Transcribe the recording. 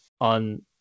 on